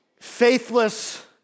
faithless